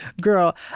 girl